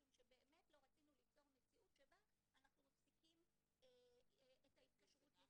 משום שבאמת לא רצינו ליצור מציאות שבה אנחנו מפסיקים את ההתקשרות.